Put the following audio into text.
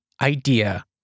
idea